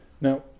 Now